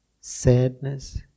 sadness